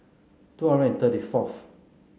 two hundred and thirty fourth